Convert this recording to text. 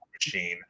machine